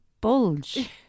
bulge